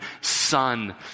son